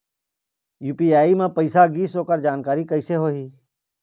UPI म पैसा गिस ओकर जानकारी कइसे होही?